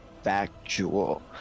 factual